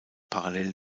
parallel